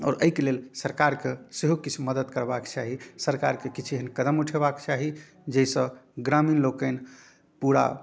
आओर एहिके लेल सरकारके सेहो किछु मदति करबाके चाही सरकारके किछु एहन कदम उठेबाक चाही जाहिसँ ग्रामीण लोकनि पूरा